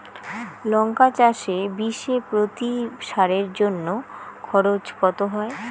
লঙ্কা চাষে বিষে প্রতি সারের জন্য খরচ কত হয়?